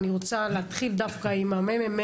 אני חייבת להגיד לטובת ענבר שהיא פועלת ללא הרף בעניין הזה.